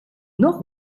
nord